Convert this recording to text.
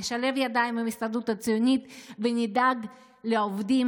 נשלב ידיים עם ההסתדרות הציונית ונדאג לעובדים.